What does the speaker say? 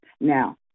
Now